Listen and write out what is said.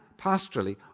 pastorally